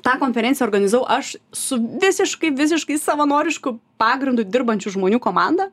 tą konferenciją organizavau aš su visiškai visiškai savanorišku pagrindu dirbančių žmonių komanda